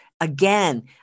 Again